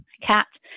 cat